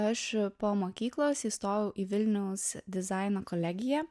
aš po mokyklos įstojau į vilniaus dizaino kolegiją